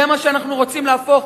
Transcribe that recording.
זה מה שאנחנו רוצים להפוך?